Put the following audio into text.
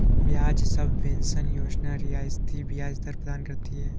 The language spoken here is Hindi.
ब्याज सबवेंशन योजना रियायती ब्याज दर प्रदान करती है